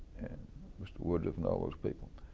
mr. woodruff, and all those people,